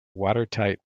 watertight